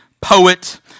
poet